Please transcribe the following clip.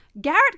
Garrett